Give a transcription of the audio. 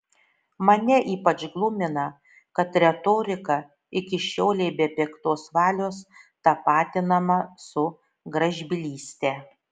mane ypač glumina kad retorika iki šiolei be piktos valios tapatinama su gražbylyste